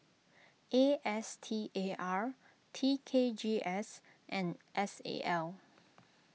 A S T A R T K G S and S A L